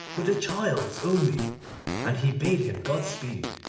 but the child's only and he bade him godspeed,